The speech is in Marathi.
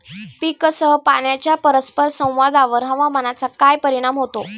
पीकसह पाण्याच्या परस्पर संवादावर हवामानाचा काय परिणाम होतो?